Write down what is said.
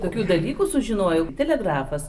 tokių dalykų sužinojau telegrafas